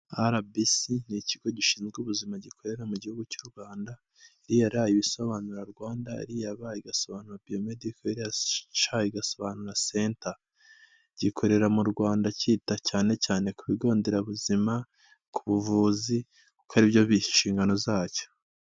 RBC ni ikigo gishinzwe ubuzima gikorera mu gihugu cy'u Rwanda, iriya R iba ibisobanura Rwanda, iriya B igasobanura biyodiko, iriya C igasobanura senta, gikorera mu Rwanda cyita cyane cyane ku bigo nderabuzima, ku buvuzi kuko ari byo nshingano zacyo.